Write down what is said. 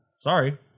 Sorry